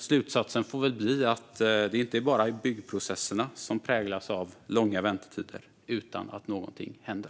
Slutsatsen får väl bli att det inte är enbart byggprocesserna som präglas av långa väntetider utan att någonting händer.